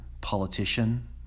politician